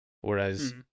whereas